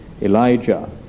Elijah